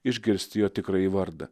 išgirsti jo tikrąjį vardą